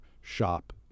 shop